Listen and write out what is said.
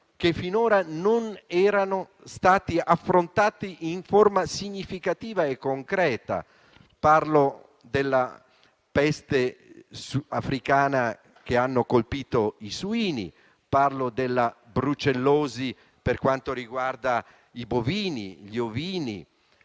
che finora non erano stati affrontati in forma significativa e concreta, come la peste africana che ha colpito i suini, la brucellosi per quanto riguarda i bovini, gli ovini,